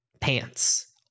pants